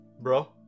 bro